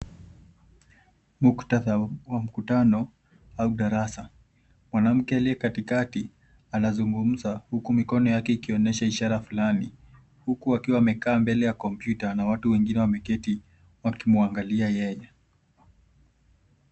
Muktadha wa mkutano au darasa . Mwanamke aliye katikati anazungumza huku mikono yake ikionyesha ishara fulani huku akiwa amekaa mbele ya kompyuta na watu wengine wameketi wakimwangalia yeye.